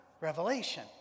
Revelation